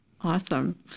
Awesome